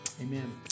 Amen